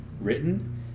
written